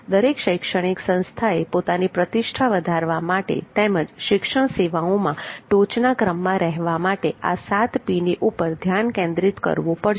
દરેક શૈક્ષણિક સંસ્થાએ પોતાની પ્રતિષ્ઠા વધારવા માટે તેમ જ શિક્ષણ સેવાઓમાં ટોચના ક્રમના રહેવા માટે આ 7Pની ઉપર ધ્યાન કેન્દ્રિત કરવું પડશે